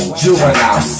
juvenile